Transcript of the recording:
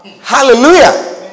Hallelujah